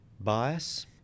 bias